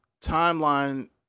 timeline